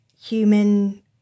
human